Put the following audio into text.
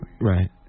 Right